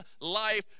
life